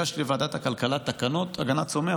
הגשתי לוועדת הכלכלה תקנות הגנת צומח